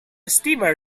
steamer